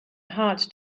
hard